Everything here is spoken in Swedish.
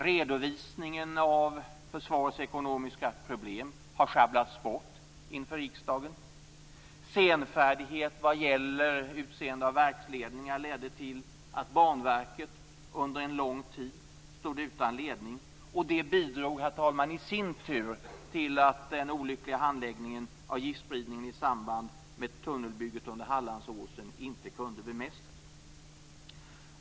Redovisningen av försvarets ekonomiska problem har sjabblats bort inför riksdagen. Senfärdighet vad gäller utseende av verksledningar ledde till att Banverket under en lång tid stod utan ledning. Det bidrog, herr talman, i sin tur till att den olyckliga handläggningen av giftspridningen i samband med tunnelbygget under Hallandsåsen inte kunde bemästras.